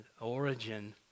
origin